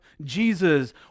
Jesus